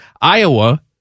Iowa